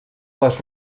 les